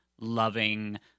loving